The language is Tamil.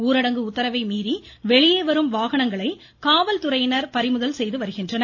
ஊரடங்கு உத்தரவை மீறி வெளியே வரும் வாகனங்களை காவல்துறையினா் பறிமுதல் செய்து வருகின்றனர்